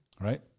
Right